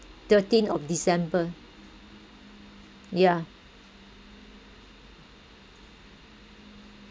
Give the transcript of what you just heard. thirteenth of december yeah